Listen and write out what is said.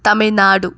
Tamil Nadu